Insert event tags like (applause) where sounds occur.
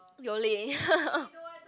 Yole (laughs)